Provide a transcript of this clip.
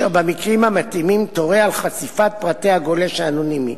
וזו תורה במקרים המתאימים על חשיפת פרטי הגולש האנונימי.